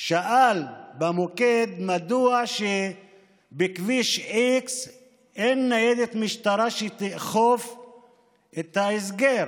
שאל במוקד: מדוע בכביש x אין ניידת משטרה שתאכוף את הסגר?